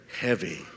heavy